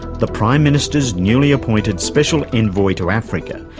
the prime minister's newly appointed special envoy to africa,